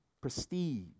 prestige